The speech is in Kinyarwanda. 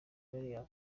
miliyoni